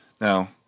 now